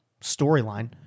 storyline